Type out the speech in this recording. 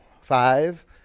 Five